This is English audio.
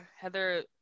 Heather